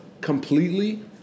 completely